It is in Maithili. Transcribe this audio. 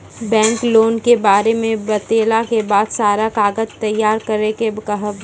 बैंक लोन के बारे मे बतेला के बाद सारा कागज तैयार करे के कहब?